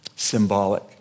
symbolic